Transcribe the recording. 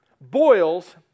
boils